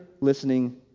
listening